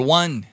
one